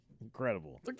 Incredible